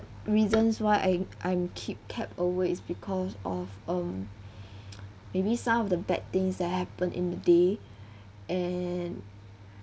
reasons why I'm I'm keep kept awake is because of um maybe some of the bad things that happened in the day and